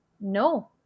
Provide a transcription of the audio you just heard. No